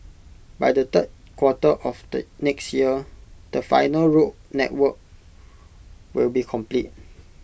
by the third quarter of next year the final road network will be complete